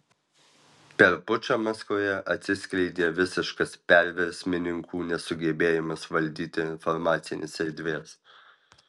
per pučą maskvoje atsiskleidė visiškas perversmininkų nesugebėjimas valdyti informacinės erdvės